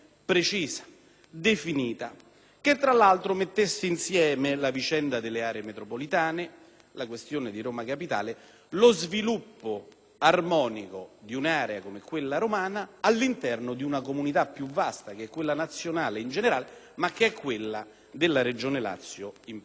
definito, che tra l'altro mettesse insieme la vicenda delle aree metropolitane, la questione di Roma capitale, lo sviluppo armonico di un'area come quella romana all'interno di una comunità più vasta, che è quella nazionale, ma che è anche quella della Regione Lazio in particolare.